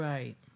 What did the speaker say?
Right